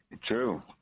True